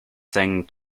thing